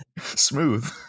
Smooth